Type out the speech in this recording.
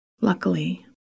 Luckily